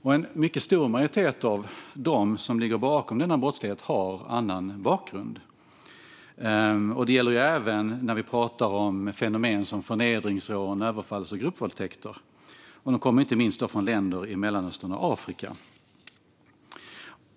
En mycket stor majoritet av dem som ligger bakom denna brottslighet har en annan bakgrund. Det gäller även fenomen som förnedringsrån och överfalls och gruppvåldtäkter. De kommer inte minst från länder i Mellanöstern och Afrika.